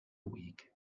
week